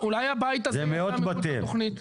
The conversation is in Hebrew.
זה מאות בתים.